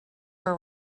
are